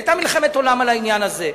והיתה מלחמת עולם בעניין הזה.